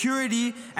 security,